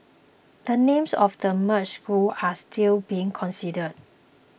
the names of the merged schools are still being considered